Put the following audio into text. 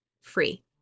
free